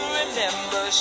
remember